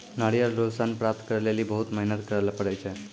नारियल रो सन प्राप्त करै लेली बहुत मेहनत करै ले पड़ै छै